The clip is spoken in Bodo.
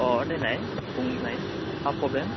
अह देनाय बुंनाय मा प्रब्लेम